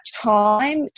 time